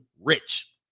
rich